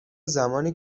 زمانی